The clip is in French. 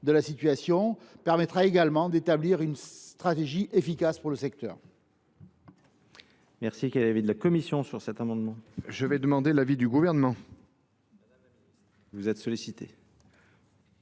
de la situation permettra également d’établir une stratégie efficace pour le secteur.